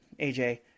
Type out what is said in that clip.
AJ